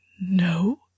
No